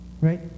Right